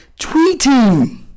tweeting